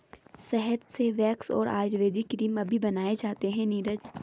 शहद से वैक्स और आयुर्वेदिक क्रीम अभी बनाए जाते हैं नीरज